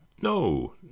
no